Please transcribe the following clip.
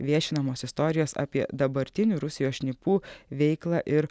viešinamos istorijos apie dabartinių rusijos šnipų veiklą ir